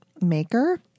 maker